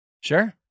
Sure